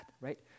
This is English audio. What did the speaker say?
right